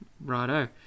Righto